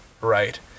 right